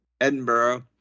Edinburgh